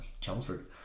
Chelmsford